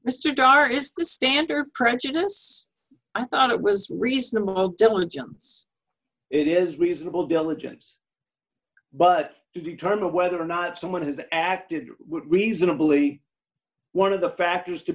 pretty standard practice i thought it was reasonable diligence it is reasonable diligence but to determine whether or not someone has acted reasonably one of the factors to